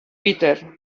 peter